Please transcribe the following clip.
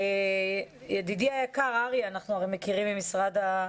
ידידי היקר אריה, ואנחנו מכירים מהמשרד,